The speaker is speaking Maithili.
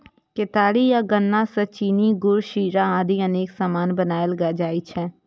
केतारी या गन्ना सं चीनी, गुड़, शीरा आदि अनेक सामान बनाएल जाइ छै